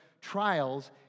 trials